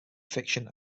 fiction